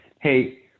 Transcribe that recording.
Hey